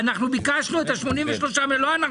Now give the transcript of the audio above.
כשאתם ביקשתם את ה-83 מיליון,